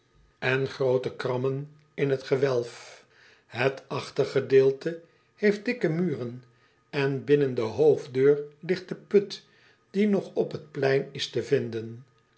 en potlood eel krammen in t gewelf et achtergedeelte heeft dikke muren en binnen de hoofddeur ligt de put die nog op het plein is te vinden